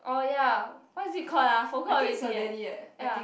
oh ya what is it called ah forgot already eh ya